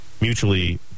mutually